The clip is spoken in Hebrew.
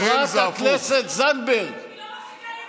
חברת הכנסת זנדברג, היא לא מפסיקה לצעוק.